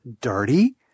dirty